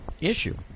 issue